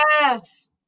Yes